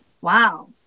Wow